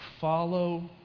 Follow